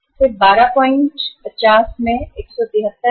फिर 125 में 173 है